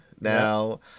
now